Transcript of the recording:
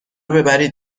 ببرید